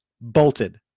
bolted